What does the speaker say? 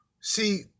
See